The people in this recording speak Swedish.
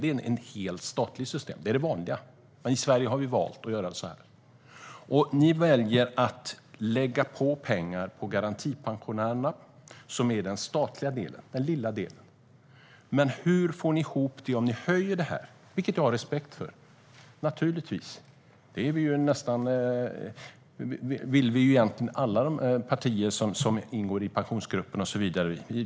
Det är ett helt statligt system - det är det vanliga. Men i Sverige har vi valt att göra så här. Ni väljer att lägga pengar på garantipensionen, som är den statliga delen, den lilla delen. Hur får ni ihop det om ni höjer detta? Jag har naturligtvis respekt för det. Detta vill egentligen alla partier som ingår i Pensionsgruppen och så vidare.